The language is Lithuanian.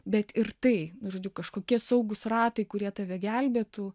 bet ir tai nu žodžiu kažkokie saugūs ratai kurie tave gelbėtų